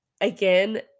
again